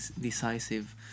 decisive